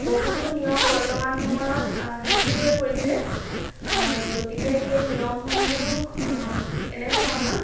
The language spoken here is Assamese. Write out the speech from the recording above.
বহুতো নিয়ম বৰ্তমান সময়ত শিথিল হৈ পৰিছে গতিকে সেই নিয়মসমূহ এনেধৰণৰ